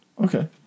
Okay